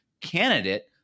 candidate